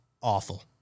awful